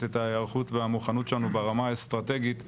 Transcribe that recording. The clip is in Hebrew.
את ההיערכות והמוכנות שלנו ברמה האסטרטגית,